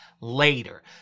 later